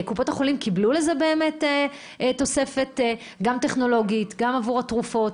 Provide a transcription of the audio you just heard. קופות החולים קיבלו לזה תוספת טכנולוגית וגם עבור התרופות?